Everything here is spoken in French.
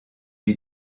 est